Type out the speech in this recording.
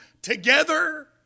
together